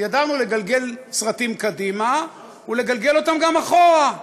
ידענו לגלגל סרטים קדימה ולגלגל אותם גם אחורה.